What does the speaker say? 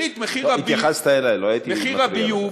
רק התייחסת אלי, לא הייתי מפריע לך.